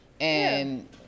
and-